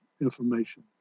information